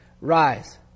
rise